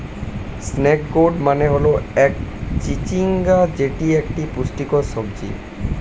snake gourd মানে হল চিচিঙ্গা যেটি একটি পুষ্টিকর সবজি